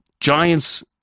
Giants